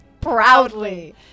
proudly